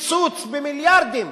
וקיצוץ במיליארדים